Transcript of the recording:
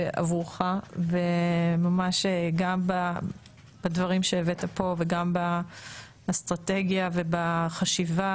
ועבורך, גם בדברים שהבאת פה וגם באסטרטגיה ובחשיבה